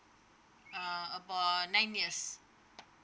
uh about nine years